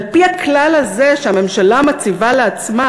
על-פי הכלל הזה שהממשלה מציבה לעצמה,